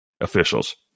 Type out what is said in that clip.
officials